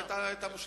בהחלט.